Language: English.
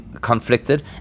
conflicted